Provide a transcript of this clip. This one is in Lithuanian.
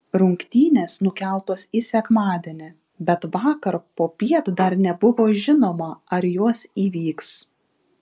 rungtynės nukeltos į sekmadienį bet vakar popiet dar nebuvo žinoma ar jos įvyks